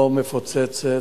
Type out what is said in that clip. לא מפוצצת.